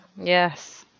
yes